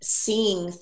seeing